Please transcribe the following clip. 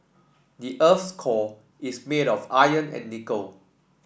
the earth's core is made of iron and nickel